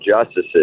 justices